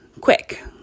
quick